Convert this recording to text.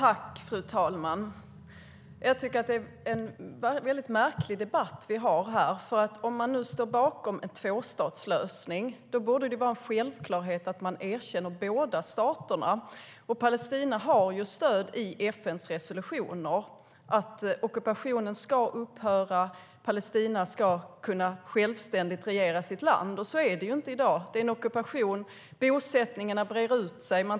Fru talman! Det är en märklig debatt vi har. Står man bakom en tvåstatslösning borde det vara en självklarhet att erkänna båda staterna. Palestina har stöd i FN:s resolutioner: Ockupationen ska upphöra, och Palestina ska kunna regera sitt land självständigt. Men så är det inte i dag. Det pågår en ockupation, och bosättningarna breder ut sig.